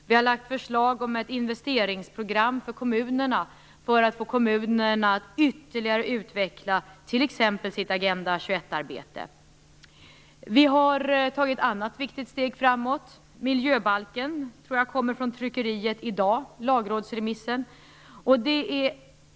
Vi har lagt förslag om ett investeringsprogram för kommunerna för att få dessa att ytterligare utveckla t.ex. sitt Agenda 21-arbete. Vi har också tagit ett annat viktigt steg framåt. Jag tror att lagrådsremissen på miljöbalken kommer från tryckeriet i dag.